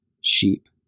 sheep